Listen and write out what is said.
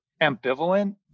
ambivalent